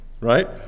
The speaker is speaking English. Right